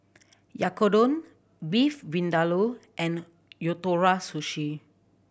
Oyakodon Beef Vindaloo and Ootoro Sushi